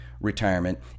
retirement